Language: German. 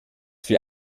für